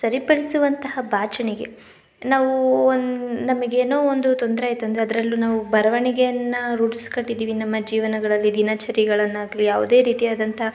ಸರಿಪಡಿಸುವಂತಹ ಬಾಚಣಿಗೆ ನಾವು ಒಂದು ನಮಗೆನೋ ಒಂದು ತೊಂದರೆ ಆಯ್ತು ಅಂದರೆ ಅದರಲ್ಲು ನಾವು ಬರವಣಿಗೆಯನ್ನು ರೂಢ್ಸಿಕೊಟ್ಟಿದಿವಿ ನಮ್ಮ ಜೀವನಗಳಲ್ಲಿ ದಿನಚರಿಗಳನ್ನಾಗಲಿ ಯಾವುದೇ ರೀತಿಯಾದಂಥ